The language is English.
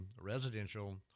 residential